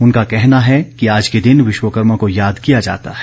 उनका कहना है कि आज के दिन विश्वकर्मा को याद किया जाता है